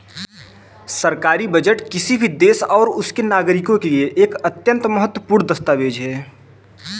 सरकारी बजट किसी भी देश और उसके नागरिकों के लिए एक अत्यंत महत्वपूर्ण दस्तावेज है